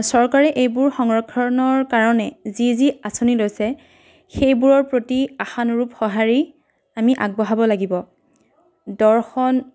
চৰকাৰে এইবোৰ সংৰক্ষণৰ কাৰণে যি যি আঁচনি লৈছে সেইবোৰৰ প্ৰতি আশানুৰূপ সহাঁৰি আমি আগবঢ়াব লাগিব দৰ্শন